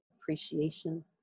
appreciation